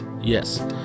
Yes